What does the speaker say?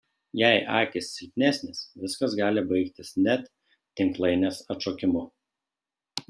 jei akys silpnesnės viskas gali baigtis net tinklainės atšokimu